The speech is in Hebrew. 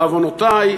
בעוונותי,